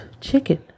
chicken